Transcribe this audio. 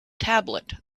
tablet